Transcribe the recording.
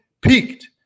Peaked